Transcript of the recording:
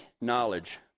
knowledge